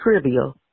trivial